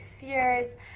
fears